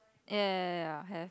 ya ya ya ya have